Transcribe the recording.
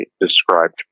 described